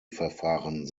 verfahren